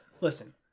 Listen